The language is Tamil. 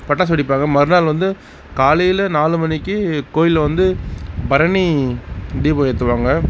பட்டாசு வெடிப்பாங்க மறுநாள் வந்து காலையில் நாலு மணிக்கு கோயிலில் வந்து பரணி தீபம் ஏற்றுவாங்க